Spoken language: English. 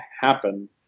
happen